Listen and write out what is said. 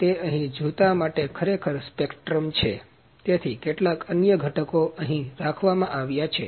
તે અહીં જૂતા માટે ખરેખર સ્પેક્ટ્રમ છે તેથી કેટલાક અન્ય ઘટકો અહીં રાખવામાં આવ્યા છે